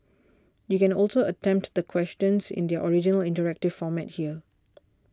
you can also attempt the questions in their original interactive format here